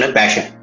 passion